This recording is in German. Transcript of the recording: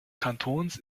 kantons